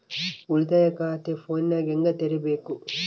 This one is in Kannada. ಉಳಿತಾಯ ಖಾತೆ ಫೋನಿನಾಗ ಹೆಂಗ ತೆರಿಬೇಕು?